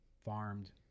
farmed